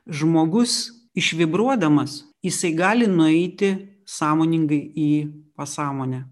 žmogus išvibruodamas jisai gali nueiti sąmoningai į pasąmonę